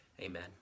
Amen